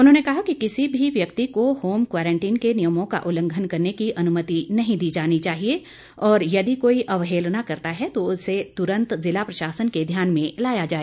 उन्होंने कहा कि किसी भी व्यक्ति को होम क्वारंटीन के नियमों का उल्लंघन करने की अनुमति नहीं दी जानी चाहिए और यदि कोई अवहेलना करता है तो इसे तुरंत जिला प्रशासन के ध्यान में लाया जाए